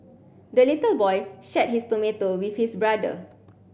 the little boy shared his tomato with his brother